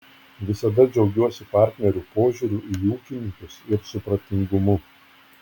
visada džiaugiuosi partnerių požiūriu į ūkininkus ir supratingumu